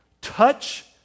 touch